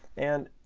and